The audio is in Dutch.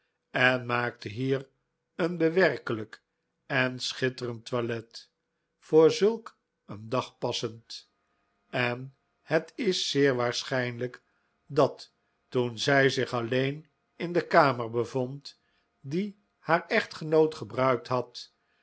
en maakte hier een bewerkelijk en schitterend toilet voor zulk een dag passend en het is zeer waarschijnlijk dat toen zij zich alleen in de kamer bevond die haar echtgenoot gebruikt had